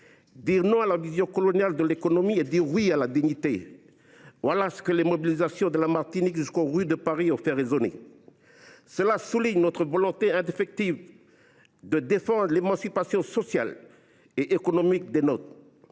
Dire « non » à la vision coloniale de l’économie et « oui » à la dignité : voilà ce que les mobilisations, de la Martinique jusqu’aux rues de Paris, ont fait résonner. Cela souligne notre volonté indéfectible de défendre l’émancipation sociale et économique des nôtres.